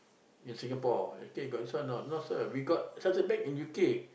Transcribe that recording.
in Singapore okay got this or not not sure we got Chartered Bank in U_K